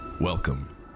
Welcome